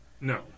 No